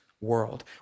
world